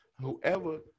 whoever